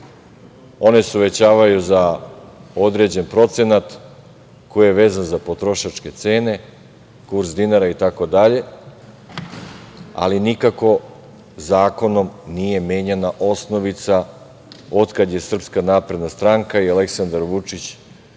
one se uvećavaju za određen procenat koji je vezan za potrošačke cene, kurs dinara itd, ali nikako zakonom nije menjana osnovica od kad je SNS i Aleksandar Vučić